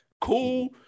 cool